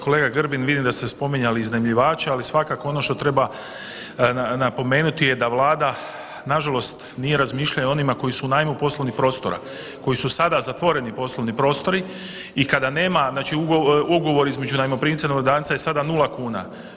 Kolega Grbin vidim ste spominjali iznajmljivače, ali svakako ono što treba napomenuti je da Vlada nažalost nije razmišljala o onima koji su u najmu poslovnih prostora, koji su sada zatvoreni poslovni prostori i kada nema, znači ugovor između najmoprimca i najmodavca je sada nula kuna.